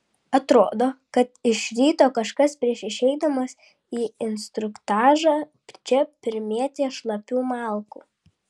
atrodo kad iš ryto kažkas prieš išeidamas į instruktažą čia primetė šlapių malkų